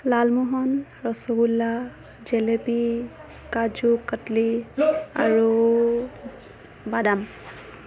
লালমোহন ৰসগোল্লা জেলেপী কাজু কাটলি আৰু বাদাম